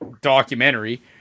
documentary